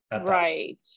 right